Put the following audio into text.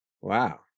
wow